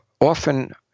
often